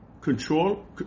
control